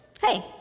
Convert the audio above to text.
Hey